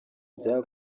bya